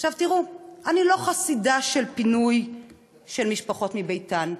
עכשיו, תראו, אני לא חסידה של פינוי משפחות מביתן,